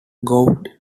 gould